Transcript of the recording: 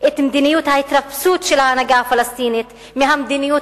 את מדיניות ההתרפסות של ההנהגה הפלסטינית מהמדיניות